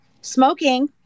smoking